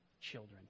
children